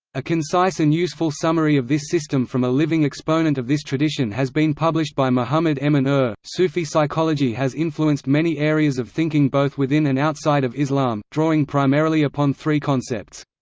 a concise and useful summary of this system from a living exponent of this tradition has been published by muhammad emin er sufi psychology has influenced many areas of thinking both within and outside of islam, drawing primarily upon three concepts.